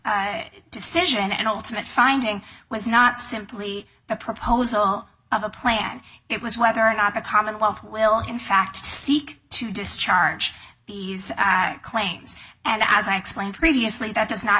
court's decision and ultimate finding was not simply a proposal of a plan it was whether or not the commonwealth will in fact seek to discharge these claims and as i explained previously that does not